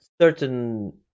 certain